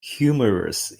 humorous